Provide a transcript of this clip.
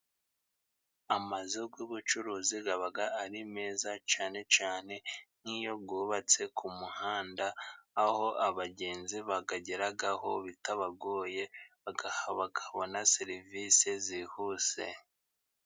Amazu y'ubucuruzi aba ari meza, cyane cyane nk'iyo yubatse ku muhanda, aho abagenzi bayageraho bitabagoye, bakabona serivise zihuse.